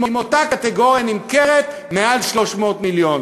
אם אותה קטגוריה נמכרת מעל 300 מיליון.